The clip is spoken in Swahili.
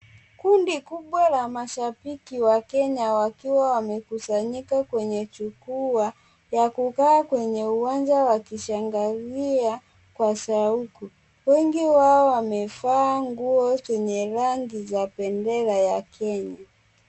Kundi kubwa la mashabiki wa kenya wakiwa wamekusanyika kwenye jukwaa yakuka kwenye uwanja wakishangilia kwa shauku. Wengi wao wamevaa zenye rangi ya bendera ya Kenya.